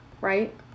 right